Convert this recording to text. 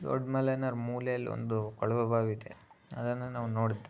ದೊಡ್ಡ ಮಲೆನಾರ್ ಮೂಲೆಲಿ ಒಂದು ಕೊಳವೆ ಬಾವಿ ಇದೆ ಅದನ್ನು ನಾವು ನೋಡಿದ್ದು